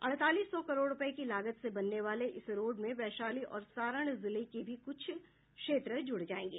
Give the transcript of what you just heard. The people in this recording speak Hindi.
अड़तालीस सौ करोड़ रूपये की लागत से बनने वाले इस रोड में वैशाली और सारण जिले के भी कुछ क्षेत्र जुड़ जायेंगे